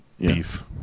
beef